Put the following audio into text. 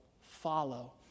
follow